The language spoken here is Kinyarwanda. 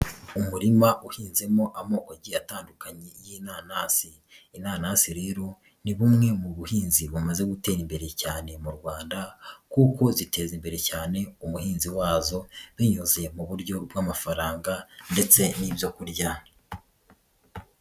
Umurima uhinzemo amoko agiye atandukanye y'inanasi. Inanasi rero ni bumwe mu buhinzi bumaze gutera imbere cyane mu Rwanda kuko ziteza imbere cyane umuhinzi wazo, binyuze mu buryo bw'amafaranga ndetse n'ibyo kurya.